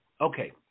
Okay